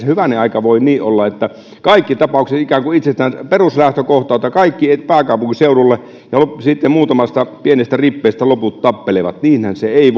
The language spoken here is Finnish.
hyvänen aika voi niin olla että kaikissa tapauksissa ikään kuin peruslähtökohta on että kaikki pääkaupunkiseudulle ja sitten muutamasta pienestä rippeestä loput tappelevat niinhän se ei